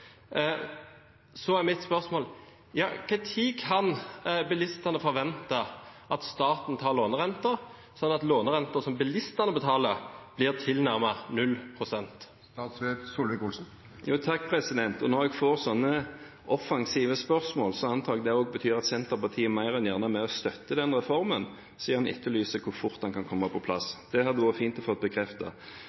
er mitt spørsmål: Når kan bilistene forvente at staten tar lånerenten, sånn at lånerenten som bilistene betaler, blir tilnærmet 0 pst. Når jeg får sånne offensive spørsmål, antar jeg at det også betyr at Senterpartiet mer enn gjerne er med og støtter den reformen – siden man etterlyser hvor fort den kan komme på plass. Det hadde det vært fint